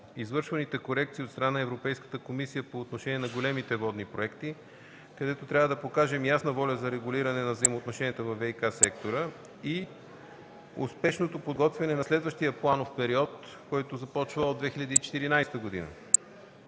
извършваните корекции от страна на Европейската комисия по отношение на големите водни проекти, където трябва да покажем ясна воля за регулиране на взаимоотношенията във ВиК сектора и успешното подготвяне на следващия планов период, който започва от 2014 г.